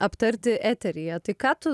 aptarti eteryje tai ką tu